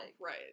right